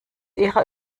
ihrer